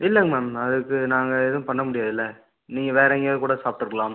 இல்லைங்க மேம் அதுக்கு நாங்கள் எதுவும் பண்ண முடியாதுல்லை நீங்கள் வேறு எங்கேயாது கூட சாப்பிட்டுருக்கலாம்